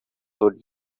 would